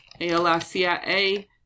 A-L-I-C-I-A